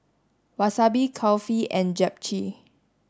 Wasabi Kulfi and Japchae